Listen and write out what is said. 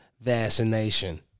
vaccination